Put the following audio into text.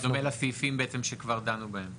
דומה לסעיפים שבעצם כבר דנו בהם.